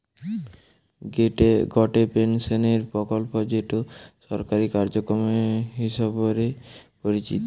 গটে পেনশনের প্রকল্প যেটো সরকারি কার্যক্রম হিসবরে পরিচিত